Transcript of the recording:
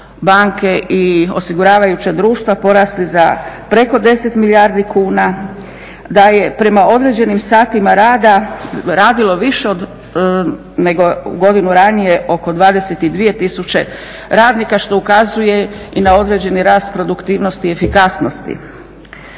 banke i osiguravajuća društva porasli za preko 10 milijardi kuna, da je prema određenim satima rada radilo više nego godinu ranije oko 22000 radnika što ukazuje i na određeni rast produktivnosti i efikasnosti.